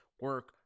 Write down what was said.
Work